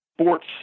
sports